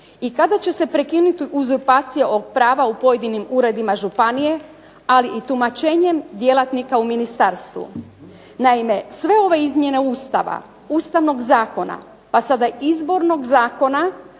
i kada će se prekinuti uzurpacija ovog prava u pojedinim uredima županije, ali i tumačenjem djelatnika u ministarstvu. Naime, sve ove izmjene Ustava, Ustavnog zakona pa sada i Izbornog zakona